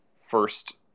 first